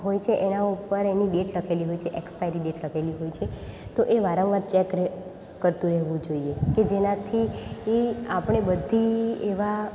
હોય છે એના ઉપર એની ડેટ લખેલી હોય છે એક્સપાયરી ડેટ લખેલી હોય છે તો એ વારંવાર ચેક ર કરતું રહેવું જોઈએ તો જેનાથી આપણે બધી એવા